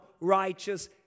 righteous